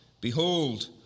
Behold